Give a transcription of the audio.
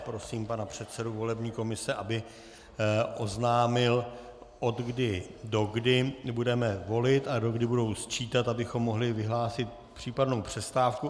Prosím pana předsedu volební komise, aby oznámil, odkdy dokdy budeme volit a dokdy budou sčítat, abychom mohli vyhlásit případnou přestávku.